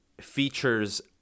features